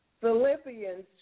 Philippians